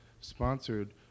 sponsored